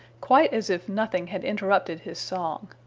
quite as if nothing had interrupted his song.